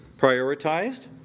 prioritized